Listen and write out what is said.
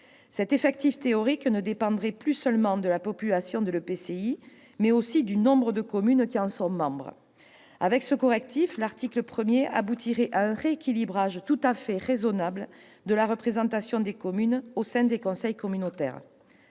Cet effectif théorique ne dépendrait plus seulement de la population de l'EPCI, mais aussi du nombre de communes qui en sont membres. Avec ce correctif, la mise en oeuvre du dispositif de l'article 1 aboutirait à un rééquilibrage tout à fait raisonnable de la représentation des communes au sein des conseils communautaires.